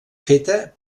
feta